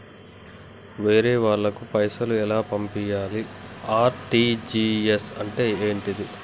వేరే వాళ్ళకు పైసలు ఎలా పంపియ్యాలి? ఆర్.టి.జి.ఎస్ అంటే ఏంటిది?